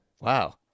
Wow